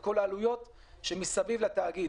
את כל העלויות שמסביב לתאגיד,